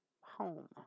Home